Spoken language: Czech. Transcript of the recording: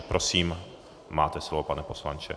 Prosím, máte slovo, pane poslanče.